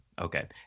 Okay